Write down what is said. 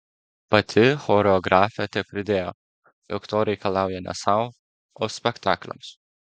pati choreografė tepridėjo jog to reikalauja ne sau o spektakliams